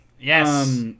Yes